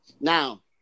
now